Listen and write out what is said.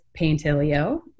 paintilio